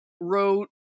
wrote